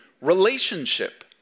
relationship